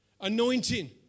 anointing